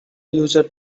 user